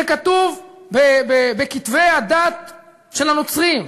זה כתוב בכתבי הדת של הנוצרים,